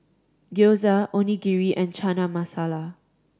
Gyoza Onigiri and Chana Masala